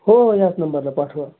हो हो याच नंबरला पाठवा